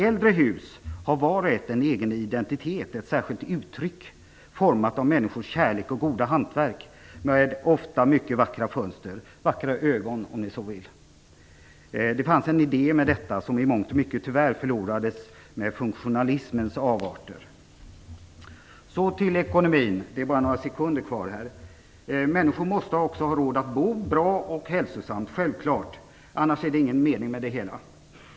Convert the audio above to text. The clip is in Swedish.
Äldre hus har vart och ett en egen identitet, ett särskilt uttryck, format av människors kärlek och goda hantverk. De har ofta mycket vackra fönster - vackra ögon om ni så vill. Det fanns en idé med detta som tyvärr i mångt och mycket förlorades genom funktionalismens avarter. Låt mig så gå över till ekonomin. Jag har bara några sekunder kvar. Människor måste också ha råd att bo bra och hälsosamt. Det är självklart, annars är det ingen mening med det hela.